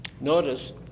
Notice